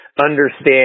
understand